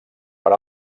per